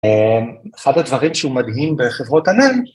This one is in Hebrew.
‫אחד הדברים שהוא מדהים ‫בחברות ענן...